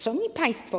Szanowni Państwo!